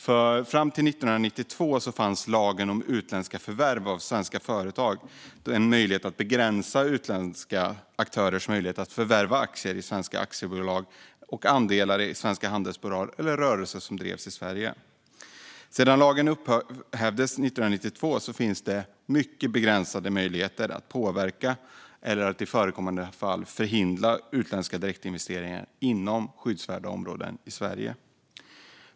Fram till 1992 fanns lagen om utländska förvärv av svenska företag, som begränsade utländska aktörers möjligheter att förvärva aktier i svenska aktiebolag och andelar i svenska handelsbolag eller rörelser som drevs i Sverige. Sedan lagen upphävdes 1992 finns det mycket begränsade möjligheter att påverka eller i förekommande fall förhindra utländska direktinvesteringar inom skyddsvärda områden i Sverige.